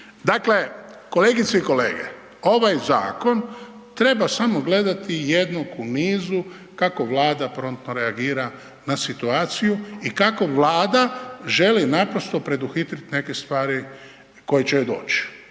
Dakle, kolegice i kolege, ovaj zakon treba samo gledati .../Govornik se ne razumije./... kako Vlada promptno reagira na situaciju i kako Vlada želi naprosto preduhitriti neke stvari koje će joj